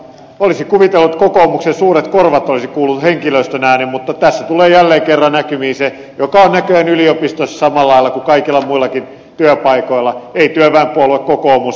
olisi kuvitellut että kokoomuksen suuret korvat olisivat kuulleet henkilöstön äänen mutta tässä tulee jälleen kerran näkyviin se mikä on näköjään yliopistoissa samalla lailla kuin kaikilla muillakin työpaikoilla ei työväenpuolue kokoomus henkilöstöä kuule